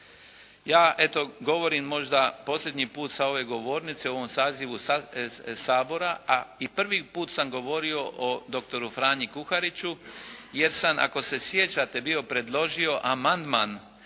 Ja eto govorim možda posljednji put sa ove govornice u ovom sazivu Sabora, a i prvi put sam govorio o doktoru Franji Kuhariću jer sam ako se sjećate bio predložio amandman